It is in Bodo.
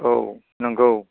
औ नंगौ